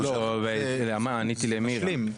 זה מה שאני --- עניתי למירה.